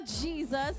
Jesus